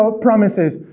promises